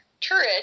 turret